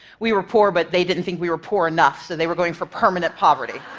we were poor, but they didn't think we were poor enough, so they were going for permanent poverty.